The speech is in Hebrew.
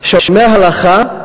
שומר הלכה,